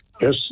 Yes